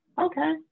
Okay